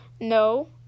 No